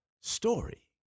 story